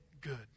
good